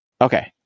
Okay